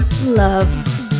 love